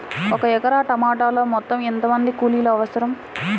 ఒక ఎకరా టమాటలో మొత్తం ఎంత మంది కూలీలు అవసరం?